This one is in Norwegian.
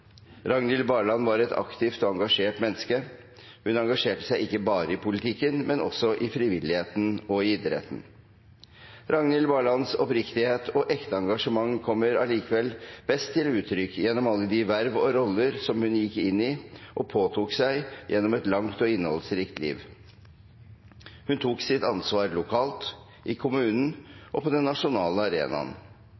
Ragnhild Barland var et aktivt og engasjert menneske. Hun engasjerte seg ikke bare i politikken, men også i frivilligheten og idretten. Ragnhild Barlands oppriktighet og ekte engasjement kommer allikevel best til utrykk gjennom alle de verv og roller som hun gikk inn i og påtok seg gjennom et langt og innholdsrikt liv. Hun tok sitt ansvar lokalt, i kommunen